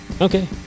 Okay